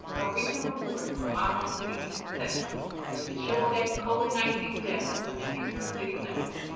a recent report from my home city houston, texas it showed that covid nineteen deaths within houston city limits,